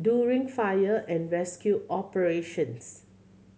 during fire and rescue operations